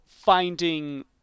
finding